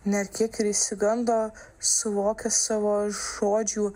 net kiek ir išsigando suvokęs savo žodžių